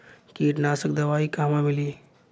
कीटनाशक दवाई कहवा मिली?